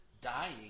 dying